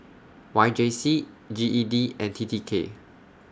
Y J C G E D and T T K